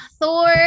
Thor